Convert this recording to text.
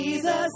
Jesus